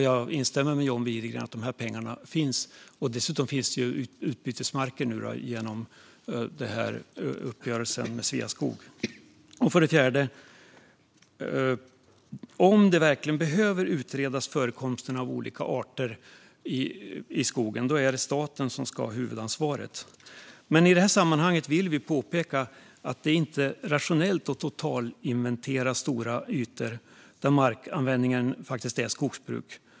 Jag instämmer med John Widegren - de pengarna finns, och dessutom finns det nu utbytesmarker genom uppgörelsen med Sveaskog. För det fjärde: Om förekomsten av olika arter i skogen verkligen behöver utredas är det staten som ska ha huvudansvaret. Men i detta sammanhang vill vi påpeka att det inte är rationellt att totalinventera stora ytor där markanvändningen är skogsbruk.